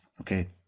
Okay